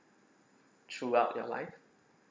throughout your life